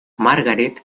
margaret